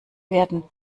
werden